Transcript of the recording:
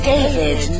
David